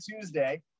Tuesday